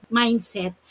mindset